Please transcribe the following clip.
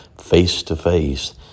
face-to-face